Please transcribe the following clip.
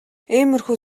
иймэрхүү